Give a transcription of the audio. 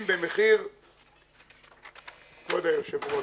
כבוד היושב-ראש,